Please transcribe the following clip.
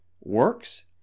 Works